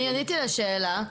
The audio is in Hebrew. אני עניתי לשאלה.